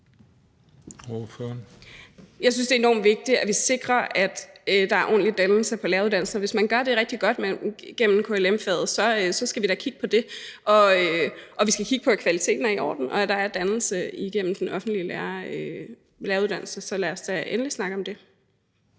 Jeg synes, det er enormt vigtigt, at vi sikrer, at der er ordentlig dannelse på læreruddannelsen. Og hvis man gør det rigtig godt gennem KLM-faget, skal vi da kigge på det, og vi skal kigge på, at kvaliteten er i orden, og at der er dannelse igennem den offentlige læreruddannelse. Så lad os da endelig snakke om det.